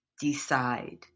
decide